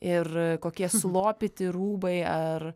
ir kokie sulopyti rūbai ar